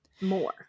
more